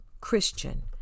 Christian